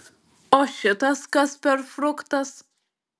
o šitas kas per fruktas